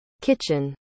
kitchen